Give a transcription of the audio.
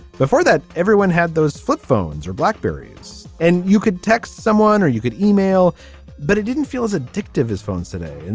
before that everyone had those flip phones or blackberries and you could text someone or you could email but it didn't feel as addictive as phones today. and